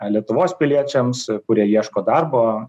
lietuvos piliečiams kurie ieško darbo